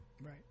right